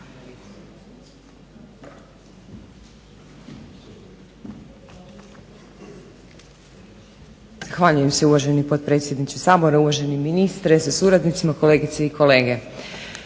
Zahvaljujem se uvaženi potpredsjedniče Sabora, uvaženi ministre sa suradnicima, kolegice i kolege.